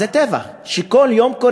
זה טבח שקורה כל יום.